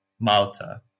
Malta